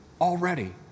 already